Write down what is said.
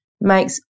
makes